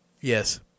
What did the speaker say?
Yes